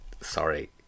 sorry